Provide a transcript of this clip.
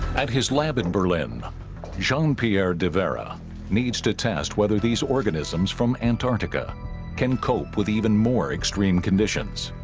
at his lab in berlin jean-pierre devera needs to test whether these organisms from antarctica can cope with even more extreme conditions